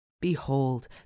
Behold